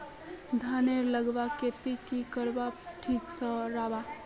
धानेर लगवार केते की करले ठीक राब?